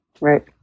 Right